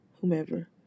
Whomever